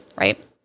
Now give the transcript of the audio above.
right